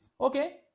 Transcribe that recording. Okay